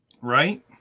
Right